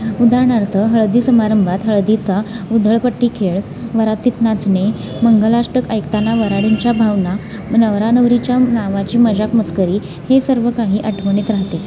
उदाहरणार्थ हळदी समारंभात हळदीचा उधळपट्टी खेळ वरातीत नाचणे मंगलाष्टक ऐकताना वऱ्हाडींच्या भावना नवरा नवरीच्या नावाची मजाक मस्करी हे सर्व काही आठवणीत राहते